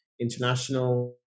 international